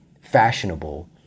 fashionable